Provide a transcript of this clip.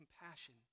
compassion